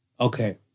okay